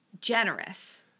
generous